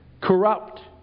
corrupt